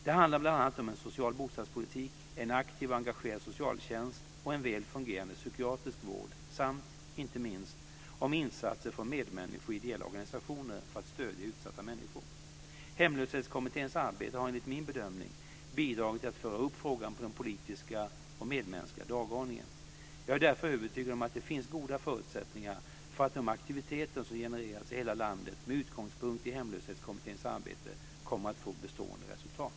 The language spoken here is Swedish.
Det handlar bl.a. om en social bostadspolitik, en aktiv och engagerad socialtjänst och en väl fungerande psykiatrisk vård samt, inte minst, om insatser från medmänniskor och ideella organisationer för att stödja utsatta människor. Hemlöshetskommitténs arbete har enligt min bedömning bidragit till att föra upp frågan på den politiska och medmänskliga dagordningen. Jag är därför övertygad om att det finns goda förutsättningar för att de aktiviteter som genererats i hela landet med utgångspunkt i Hemlöshetskommitténs arbete kommer att få bestående resultat.